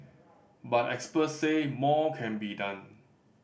but experts say more can be done